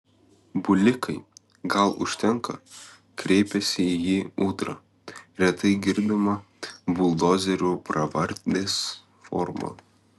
bulikai gal užtenka kreipėsi į jį ūdra retai girdima buldozerio pravardės forma